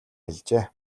хэлжээ